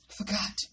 forgot